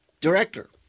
director